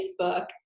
Facebook